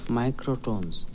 microtones